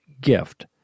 gift